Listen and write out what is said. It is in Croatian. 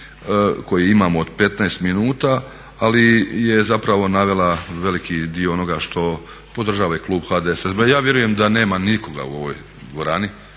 koji imamo od 15 minuta, ali je zapravo navela veliki dio onoga što podržava i klub HDSSB-a. Ja vjerujem da nema nikoga u ovoj dvorani